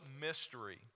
mystery